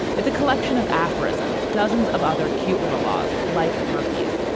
it's a collection of aphorisms, dozens of other cute little laws like murphy's.